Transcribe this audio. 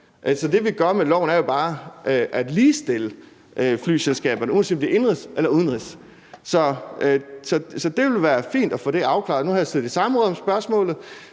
det, vi gør med loven, er jo bare at ligestille flyselskaberne, uanset om det er indenrigs eller udenrigs. Så det vil være fint at få det afklaret. Nu har jeg siddet i samråd om spørgsmålet,